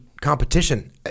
competition